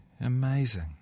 Amazing